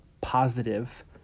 positive